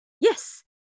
yes